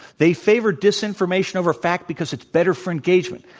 they favor disinformation over fact because it's better for engagement.